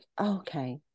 okay